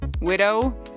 widow